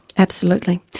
absolutely.